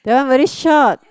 that one very short